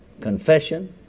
confession